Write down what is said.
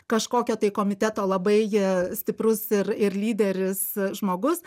kažkokio tai komiteto labai e stiprus ir ir lyderis žmogus